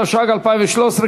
התשע"ג 2013,